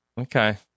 Okay